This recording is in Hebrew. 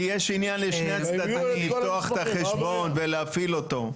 כי יש עניין לשני הצדדים לפתוח את החשבון ולהפעיל אותו.